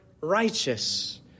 righteous